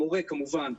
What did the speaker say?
המורה כמובן,